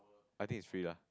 I think it's free lah